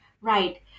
Right